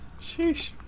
Sheesh